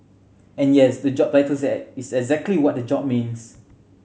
and yes the job battle said is exactly what the job means